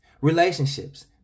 relationships